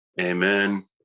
Amen